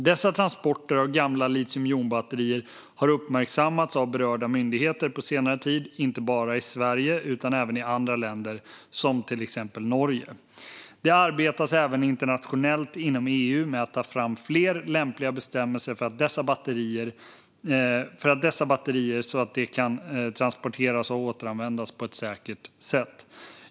Dessa transporter av gamla litiumjonbatterier har uppmärksammats av berörda myndigheter på senare tid, inte bara i Sverige utan även i andra länder som till exempel Norge. Det arbetas även internationellt inom EU med att ta fram fler lämpliga bestämmelser för dessa batterier så att de kan transporteras och återanvändas på ett säkert sätt.